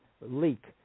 leak